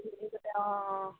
অঁ অঁ